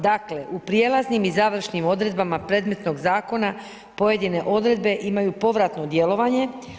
Dakle, u prijelaznim i završnim odredbama predmetnog zakona pojedine odredbe imaju povratno djelovanje.